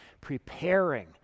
preparing